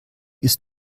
ist